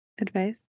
advice